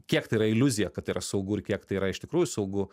kiek tai yra iliuzija kad tai yra saugu ir kiek tai yra iš tikrųjų saugu